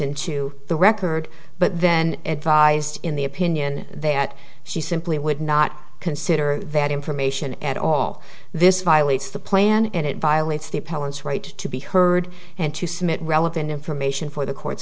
into the record but then advised in the opinion that she simply would not consider that information at all this violates the plan and it violates the appellant's right to be heard and to submit relevant information for the court